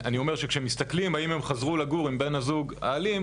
אני אומר שכשמסתכלים האם הן חזרו לגור עם בן הזוג האלים,